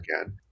again